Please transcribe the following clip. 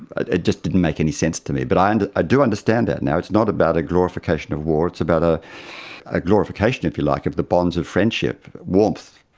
ah just didn't make any sense to me, but i and i do understand that now, it's not about a glorification of war, it's about ah a glorification, if you like, of the bonds of friendship, warmth,